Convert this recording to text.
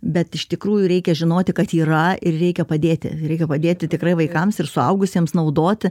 bet iš tikrųjų reikia žinoti kad yra ir reikia padėti reikia padėti tikrai vaikams ir suaugusiems naudoti